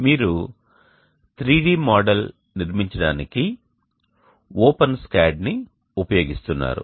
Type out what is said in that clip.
మీరు 3D models నిర్మించడానికి open SCAD ని ఉపయోగిస్తున్నారు